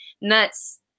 Nuts